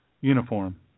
uniform